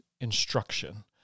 instruction